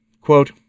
Quote